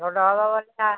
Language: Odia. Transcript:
ଭଲ